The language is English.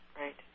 Right